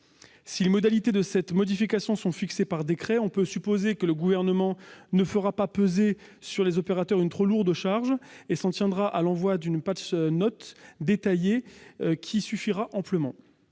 Si les modalités de cette modification sont fixées par décret, on peut supposer que le Gouvernement ne fera pas peser sur les opérateurs une trop lourde charge et s'en tiendra à l'envoi d'une détaillée, qui suffira amplement.